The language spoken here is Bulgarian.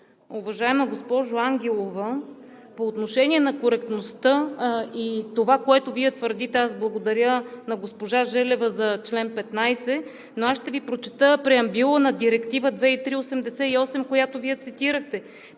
Уважаема госпожо Ангелова, по отношение на коректността и това, което Вие твърдите, благодаря на госпожа Желева за чл. 15, но аз ще Ви прочета преамбюла на Директива 2003/88, която Вие цитирахте: